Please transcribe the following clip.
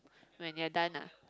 when you are done ah